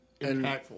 impactful